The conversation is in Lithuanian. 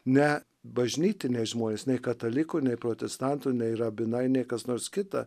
ne bažnytiniai žmonės nei katalikų nei protestantų nei rabinai nei kas nors kita